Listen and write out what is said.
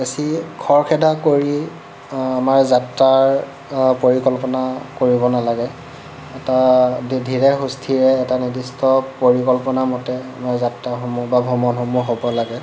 বেছি খৰখেদা কৰি আমাৰ যাত্ৰাৰ পৰিকল্পনা কৰিব নালাগে এটা ধীৰে সুস্থিৰে এটা নিদিষ্ট পৰিকল্পনা মতে আমাৰ যাত্ৰাসমূহ বা ভ্ৰমণসমূহ হ'ব লাগে